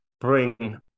bring